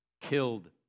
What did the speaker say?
killed